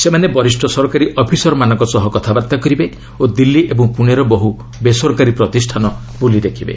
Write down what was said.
ସେମାନେ ବରିଷ୍ଣ ସରକାରୀ ଅଫିସରମାନଙ୍କ ସହ କଥାବାର୍ତ୍ତା କରିବେ ଓ ଦିଲ୍ଲୀ ଏବଂ ପୁଣେର ବହୁ ବେସରକାରୀ ପ୍ରତିଷ୍ଠାନ ବୁଲି ଦେଖିବେ